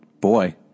boy